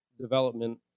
Development